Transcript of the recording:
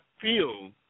feel